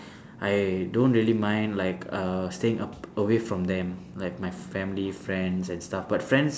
I don't really mind like uh staying up away from them like my family friends and stuff but friends